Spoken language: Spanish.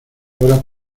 horas